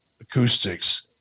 acoustics